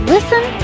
Listen